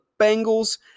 Bengals